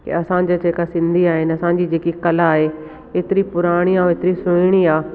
कि असांजा जेका सिंधी आहिनि असांजी जेकी कला आहे एतरी पुराणी ऐं हेतरी सुहिणी आहे